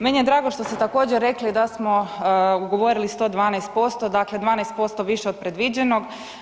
Meni je drago što ste također rekli da smo ugovorili 112%, dakle 12% više od predviđenog.